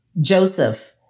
Joseph